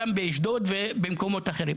באשדוד ובמקומות אחרים.